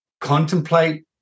contemplate